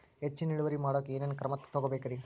ಹೆಚ್ಚಿನ್ ಇಳುವರಿ ಮಾಡೋಕ್ ಏನ್ ಏನ್ ಕ್ರಮ ತೇಗೋಬೇಕ್ರಿ?